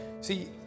See